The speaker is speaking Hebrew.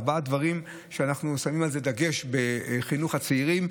ארבעה דברים שאנחנו שמים עליהם דגש בחינוך הצעירים,